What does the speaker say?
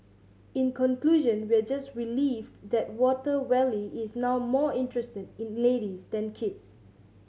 in conclusion we are just relieved that Water Wally is now more interested in ladies than kids